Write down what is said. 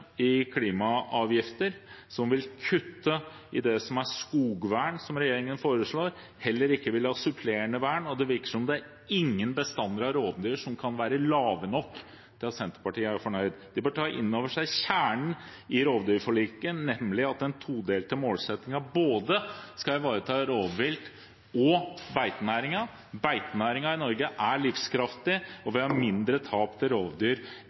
i klimaavgifter, som vil kutte i skogvern, som regjeringen foreslår, og som heller ikke vil ha supplerende vern. Det virker som om ingen bestander av rovdyr er små nok til at Senterpartiet er fornøyd. De bør ta inn over seg kjernen i rovdyrforliket, nemlig at den todelte målsettingen skal ivareta både rovviltet og beitenæringen. Beitenæringen i Norge er livskraftig, og vi har ikke hatt mindre tap til rovdyr